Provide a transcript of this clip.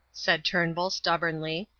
said turnbull, stubbornly.